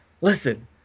listen